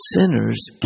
Sinners